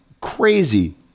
crazy